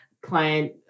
client